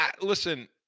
listen